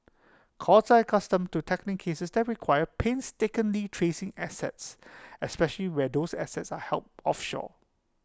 courts are accustomed to tackling cases that require painstakingly tracing assets especially where those assets are held offshore